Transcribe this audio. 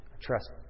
trust